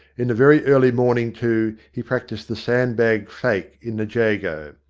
in the very early morning, too, he practised the sand-bag fake, in the j ago.